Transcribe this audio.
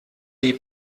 die